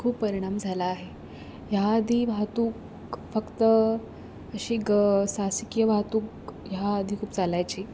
खूप परिणाम झाला आहे ह्या आधी वाहतूक फक्त अशी गं शासकीय वाहतूक ह्या आधी खूप चालायची